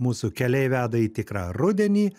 mūsų keliai veda į tikrą rudenį